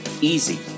easy